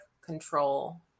control